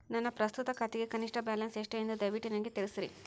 ನನ್ನ ಪ್ರಸ್ತುತ ಖಾತೆಗೆ ಕನಿಷ್ಠ ಬ್ಯಾಲೆನ್ಸ್ ಎಷ್ಟು ಎಂದು ದಯವಿಟ್ಟು ನನಗೆ ತಿಳಿಸ್ರಿ